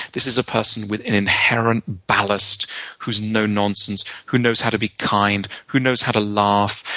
this is a person with an inherent ballast who's no nonsense, who knows how to be kind, who knows how to laugh,